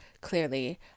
clearly